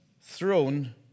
throne